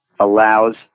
Allows